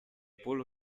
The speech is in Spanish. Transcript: pueblo